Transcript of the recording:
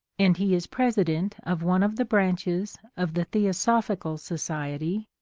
and he is president of one of the branches of the theosophical society,